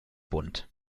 bunt